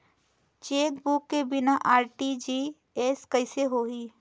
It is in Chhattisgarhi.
चेकबुक के बिना आर.टी.जी.एस कइसे होही?